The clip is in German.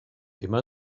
immer